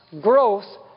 growth